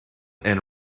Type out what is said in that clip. and